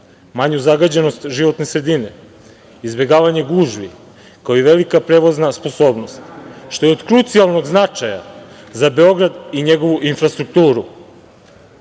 manju zagađenost životne sredine, izbegavanje gužvi, kao i velika prevozna sposobnost, što je od krucijalnog značaja za Beograd i njegovu infrastrukturu. Ideja